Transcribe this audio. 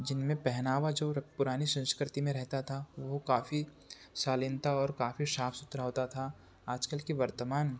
जिनमें पहनावा जो पुरानी संस्कृति में रहता था वो काफी शालीनता और काफी साफ सुथरा होता था आजकल की वर्तमान